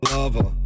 Lover